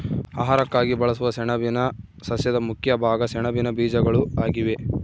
ಆಹಾರಕ್ಕಾಗಿ ಬಳಸುವ ಸೆಣಬಿನ ಸಸ್ಯದ ಮುಖ್ಯ ಭಾಗ ಸೆಣಬಿನ ಬೀಜಗಳು ಆಗಿವೆ